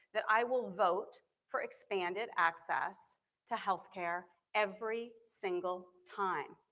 that i will vote for expanded access to healthcare every single time.